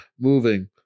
moving